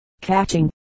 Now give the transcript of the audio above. catching